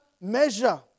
measure